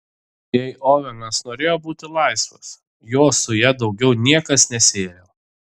jei ovenas norėjo būti laisvas jo su ja daugiau niekas nesiejo